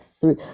three